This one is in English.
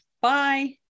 Bye